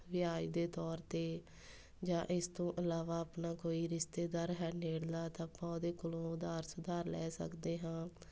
ਵਿਆਜ਼ ਦੇ ਤੌਰ 'ਤੇ ਜਾਂ ਇਸ ਤੋਂ ਇਲਾਵਾ ਆਪਣਾ ਕੋਈ ਰਿਸ਼ਤੇਦਾਰ ਹੈ ਨੇੜਲਾ ਤਾਂ ਆਪਾਂ ਉਹਦੇ ਕੋਲੋਂ ਉਧਾਰ ਸੁਧਾਰ ਲੈ ਸਕਦੇ ਹਾਂ